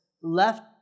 left